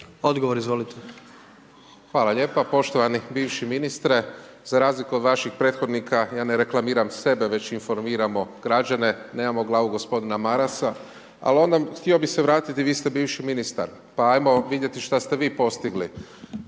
Marko (HDZ)** Hvala lijepa. Poštovani bivši ministre, za razliku od vaših prethodnika, ja ne reklamiram sebe već informiramo građane, nemamo glavu gospodina Marasa ali ono, htio bi se vratiti, vi ste bivši ministar, pa ajmo vidjeti šta ste vi postigli.